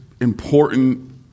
important